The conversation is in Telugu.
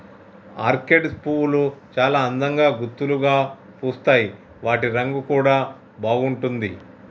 ఆర్కేడ్ పువ్వులు చాల అందంగా గుత్తులుగా పూస్తాయి వాటి రంగు కూడా బాగుంటుంది